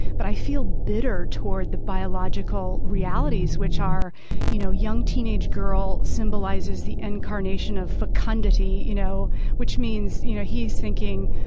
but i feel bitter toward the biological realities, which are you know young teenage girl symbolizes the incarnation of fecundity you know which means you know he's thinking,